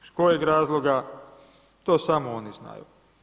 Iz kojeg razloga, to samo oni znaju.